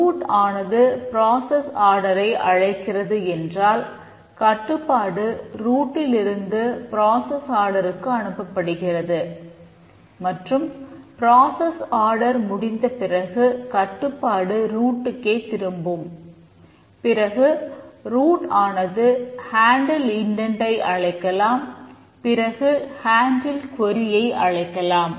ஸ்டாக்சர் சார்ட்டின் ஐ அழைக்கலாம்